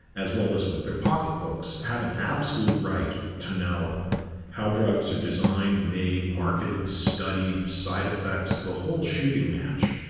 as well as with their pocket books have an absolute right to know how drugs are designed, made, marketed, studied, side effects, the whole shooting match.